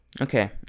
Okay